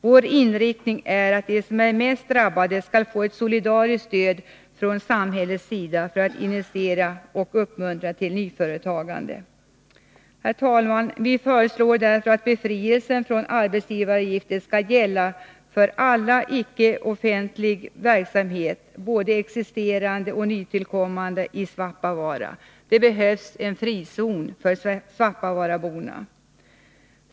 Vår inriktning är att de som drabbas mest skall få ett solidariskt stöd från samhällets sida. Avsikten är att vi på detta sätt skall kunna initiera och uppmuntra till nyföretagande. Herr talman! Vi föreslår därför att befrielsen från arbetsgivaravgifter skall gälla för all icke offentlig verksamhet, både existerande och nytillkommande, i Svappavaara. Det behövs en frizon för svappavaaraborna!